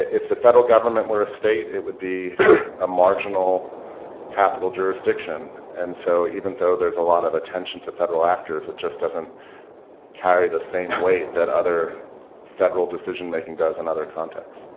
if the federal government were a state, it would be a marginal capital jurisdiction. and so even though there's a lot of attention to federal actors, it just doesn't carry the same weight that other federal decision making does in other contexts.